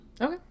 Okay